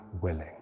willing